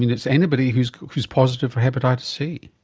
and it's anybody who is who is positive for hepatitis c.